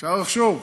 אפשר לחשוב.